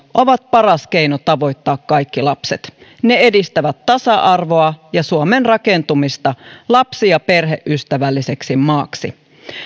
ovat paras keino tavoittaa kaikki lapset ne edistävät tasa arvoa ja suomen rakentumista lapsi ja perheystävälliseksi maaksi